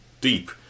deep